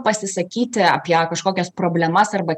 pasisakyti apie kažkokias problemas arba